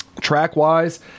Track-wise